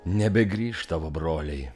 nebegrįš tavo broliai